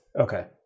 Okay